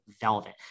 velvet